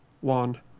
one